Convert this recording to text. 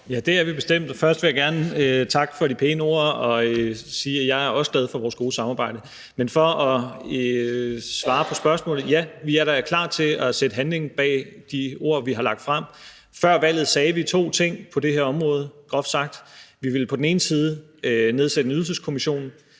Ja, det er vi bestemt. Først vil jeg gerne takke for de pæne ord og sige, at jeg også er glad for vores gode samarbejde. Men for at svare på spørgsmålet: Ja, vi er da klar til at sætte handling bag de ord, vi har lagt frem. Før valget sagde vi – groft sagt – to ting på det her område: Vi ville på den ene side nedsætte en ydelseskommission